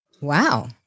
Wow